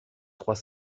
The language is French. trois